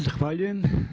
Zahvaljujem.